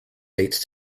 dates